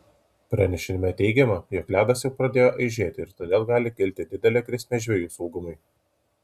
pranešime teigiama jog ledas jau pradėjo aižėti ir todėl gali kilti didelė grėsmė žvejų saugumui